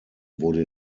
wurde